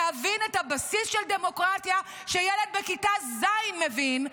להבין את הבסיס של הדמוקרטיה שילד בכיתה ז' מבין,